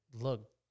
look